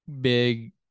big